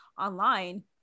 online